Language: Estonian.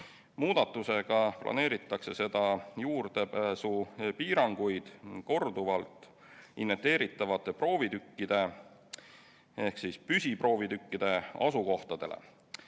Muudatusega planeeritakse juurdepääsupiiranguid korduvalt inventeeritavate proovitükkide ehk püsiproovitükkide asukohtadele,